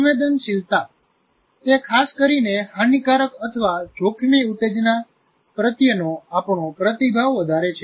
સંવેદનશીલતા તે ખાસ કરીને હાનિકારક અથવા જોખમી ઉત્તેજના પ્રત્યેનો આપણો પ્રતિભાવ વધારે છે